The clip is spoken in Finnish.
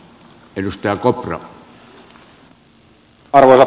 arvoisa puhemies